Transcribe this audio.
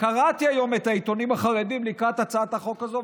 קראתי היום את העיתונים החרדיים לקראת הצעת החוק הזו,